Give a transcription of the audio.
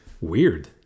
Weird